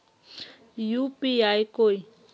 UPI कोई